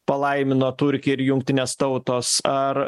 palaimino turkija ir jungtinės tautos ar